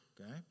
Okay